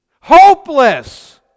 Hopeless